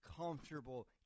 comfortable